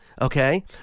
okay